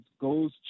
goes